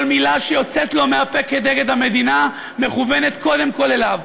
כל מילה שיוצאת לו מהפה נגד המדינה מכוונת קודם כול אליו.